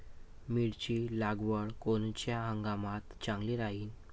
मिरची लागवड कोनच्या हंगामात चांगली राहीन?